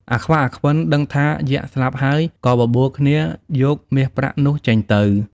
អាខ្វាក់ អាខ្វិន ដឹងថាយក្ខស្លាប់ហើយ ក៏បបួលគ្នាយកមាសប្រាក់នោះចេញទៅ។